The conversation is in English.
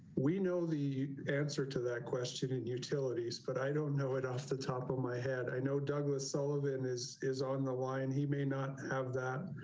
we know the answer to that question in utilities, but i don't know it off the top of my head i know douglas sullivan is is on the line. he may not have that